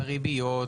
על ריביות,